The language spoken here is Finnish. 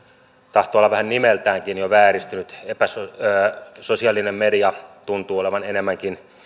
tahtoo olla vähän nimeltäänkin jo vääristynyt sosiaalinen media tuntuu olevan enemmänkin